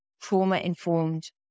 trauma-informed